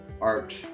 art